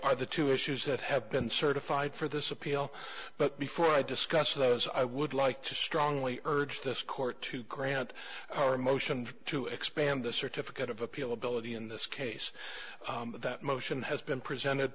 are the two issues that have been certified for this appeal but before i discuss those i would like to strongly urge this court to grant our motion to expand the certificate of appeal ability in this case that motion has been presented